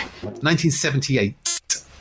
1978